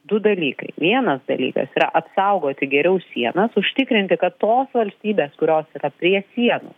du dalykai vienas dalykas yra apsaugoti geriau sienas užtikrinti kad tos valstybės kurios yra prie sienų